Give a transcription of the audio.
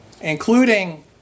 including